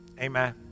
Amen